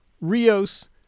Rios